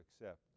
accept